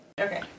Okay